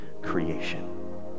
creation